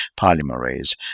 polymerase